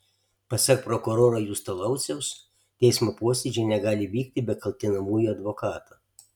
pasak prokuroro justo lauciaus teismo posėdžiai negali vykti be kaltinamųjų advokato